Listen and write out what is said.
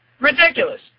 Ridiculous